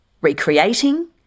recreating